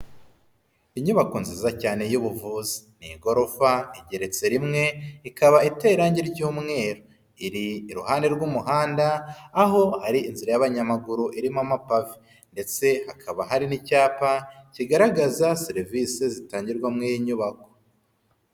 Inyubako nziza cyane y'ubuvuzi, ni igorofa igeretse rimwe, ikaba iteye irangi ry'umweru. Iri iruhande rw'umuhanda aho hari inzira y'abanyamaguru irimo amave. Ndetse hakaba hari n'icyapa kigaragaza serivisi zitangirwa muri iyi nyubako.